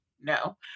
No